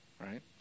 right